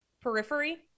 periphery